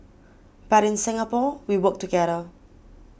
but in Singapore we work together